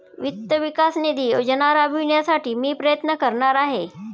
वित्त विकास निधी योजना राबविण्यासाठी मी प्रयत्न करणार आहे